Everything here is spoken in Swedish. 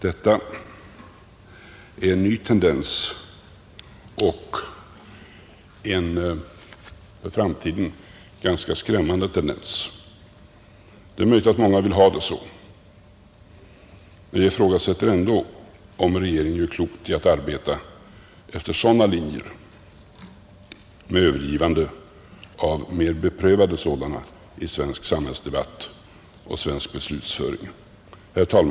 Detta är en ny tendens och en för framtiden ganska skrämmande tendens, Det är möjligt att många vill ha det så, men jag ifrågasätter ändå om regeringen gör klokt i att arbeta efter sådana linjer med övergivande av mer beprövade sådana i svensk samhällsdebatt och svensk beslutsföring. Herr talman!